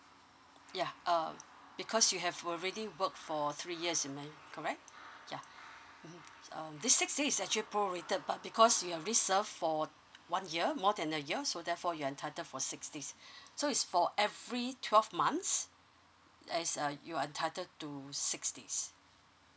yeah uh because you have already work for three years am I correct yeah mm um this six days is actually prorated but because you've already serve for one year more than a year so therefore you are entitled for six days so is for every twelve months that is uh you are entitled to six days